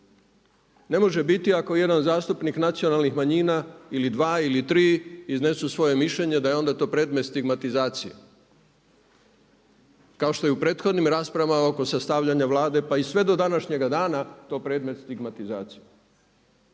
Ne može biti ako jedan zastupnik nacionalnih manjina ili dva ili tri iznesu svoje mišljenje da je onda to predmet stigmatizacije. Kao što je u prethodnim raspravama oko sastavljanja Vlade pa i sve do današnjega dana to predmet stigmatizacije.